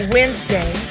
Wednesday